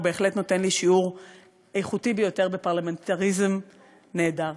הוא בהחלט נותן שיעור איכותי ביותר בפרלמנטריזם נהדר.